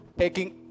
taking